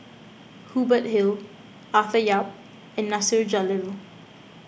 Hubert Hill Arthur Yap and Nasir Jalil